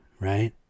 Right